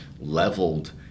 leveled